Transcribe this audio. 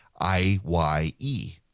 IYE